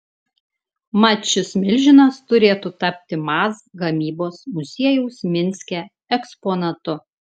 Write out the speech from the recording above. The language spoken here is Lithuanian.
mat šis milžinas turėtų tapti maz gamyklos muziejaus minske eksponatu